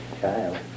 child